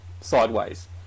sideways